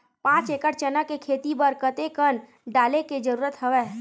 पांच एकड़ चना के खेती बर कते कन डाले के जरूरत हवय?